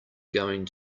going